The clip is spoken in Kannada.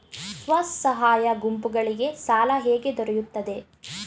ಸ್ವಸಹಾಯ ಗುಂಪುಗಳಿಗೆ ಸಾಲ ಹೇಗೆ ದೊರೆಯುತ್ತದೆ?